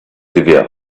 tva